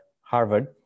Harvard